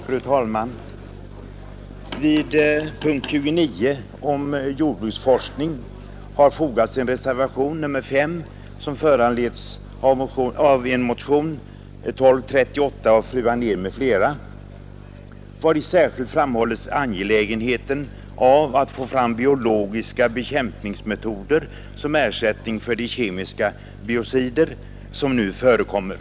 Fru talman! Vid punkten 29, som handlar om jordbruksforskning, har fogats en reservation, nr 5, som föranletts av motionen 1238 av fru Anér m.fl. I motionen framhålles angelägenheten av att få fram biologiska bekämpningsmetoder som ersättning för de kemiska biocider som nu förekommer.